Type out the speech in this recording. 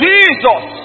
Jesus